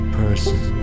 person